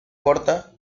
corta